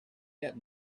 kept